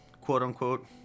quote-unquote